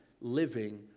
living